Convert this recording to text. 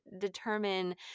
determine